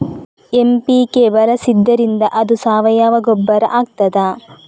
MPK ಬಳಸಿದ್ದರಿಂದ ಅದು ಸಾವಯವ ಗೊಬ್ಬರ ಆಗ್ತದ?